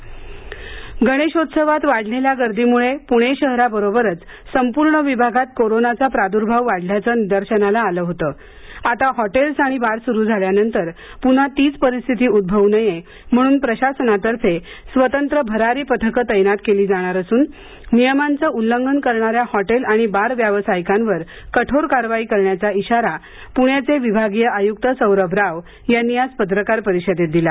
आयुक्त गणेशोत्सवात वाढलेल्या गर्दीमुळं पूणे शहराबरोबरच संपूर्ण विभागात कोरोनाचा प्राद्भाव वाढल्याचं निदर्शनास आलं होतं आता हॉटेल आणि बार सुरु झाल्यानंतर पून्हा तीच परिस्थिती उझवू नये म्हणून प्रशासनातर्फे स्वतंत्र भरारी पथक तैनात केली जाणार असून नियमांचं उल्लंघन करणाऱ्या हॉटेल आणि बार व्यावसायिकांवर कठोर कारवाई करण्याचा इशारा पृण्याचे विभागीय आयुक्त सौरभ राव यांनी आज पत्रकार परिषदेत दिला